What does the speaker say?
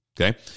okay